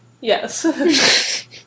Yes